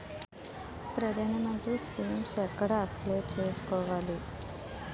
ప్రధాన మంత్రి స్కీమ్స్ ఎక్కడ అప్లయ్ చేసుకోవాలి?